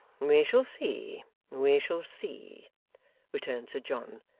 we shall see we shall see returned sir john,